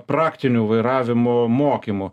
praktinių vairavimo mokymų